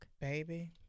Baby